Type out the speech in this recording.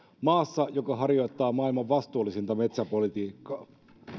maassa joka harjoittaa maailman vastuullisinta metsäpolitiikkaa